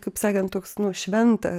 kaip sakant toks nu šventa